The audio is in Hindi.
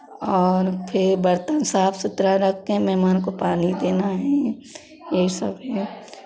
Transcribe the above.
और फिर बर्तन साफ सुथरा रख के मेहमान को पानी देना है यही सब है